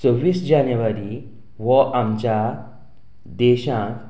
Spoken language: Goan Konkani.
सव्वीस जानेवारी हो आमच्या देशांक